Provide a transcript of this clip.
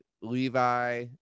levi